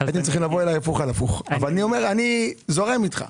אני זורם איתך.